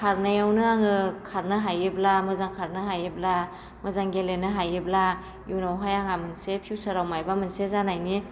खारनायावनो आङो खारनो हायोब्ला मोजां खारनो हायोब्ला मोजां गेलेनो हायोब्ला इयुनावहाय आंहा मोनसे फिउचारआव माबा मोनसे जानायनि